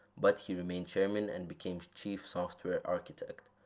but he remained chairman and became chief software architect.